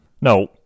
no